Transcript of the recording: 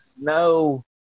No